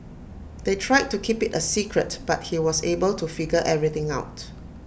they tried to keep IT A secret but he was able to figure everything out